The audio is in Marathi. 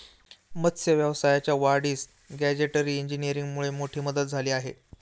मत्स्य व्यवसायाच्या वाढीस गॅजेटरी इंजिनीअरिंगमुळे मोठी मदत झाली आहे